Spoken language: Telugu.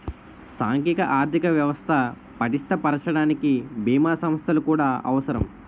సాంఘిక ఆర్థిక వ్యవస్థ పటిష్ట పరచడానికి బీమా సంస్థలు కూడా అవసరం